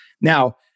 Now